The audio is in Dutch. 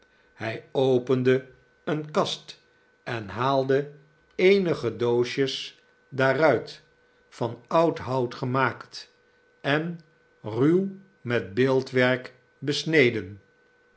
hij opende eene kast en haalde eenige doosjes nelly daaruit van oud hout gemaakt en ruw met beeldwerk besneden